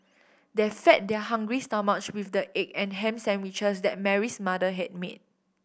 they fed their hungry stomachs with the egg and ham sandwiches that Mary's mother had made